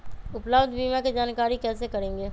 उपलब्ध बीमा के जानकारी कैसे करेगे?